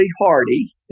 Hardy